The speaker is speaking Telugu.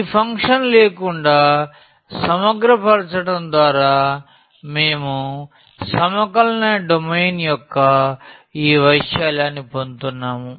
ఈ ఫంక్షన్ లేకుండా సమగ్రపరచడం ద్వారా మేము సమకలన డొమైన్ యొక్క ఈ వైశాల్యాన్ని పొందుతున్నాము